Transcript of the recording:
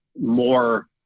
more